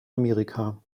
amerika